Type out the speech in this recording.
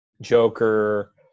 Joker